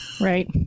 Right